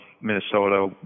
Minnesota